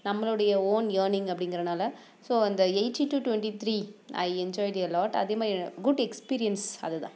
நம்மளுடைய own earning அப்படிங்கிறனால so அந்த eighty to twenty three I enjoyed a lot அதே மாதிரி குட் எக்ஸ்பீரியன்ஸ் அதுதான்